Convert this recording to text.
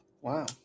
wow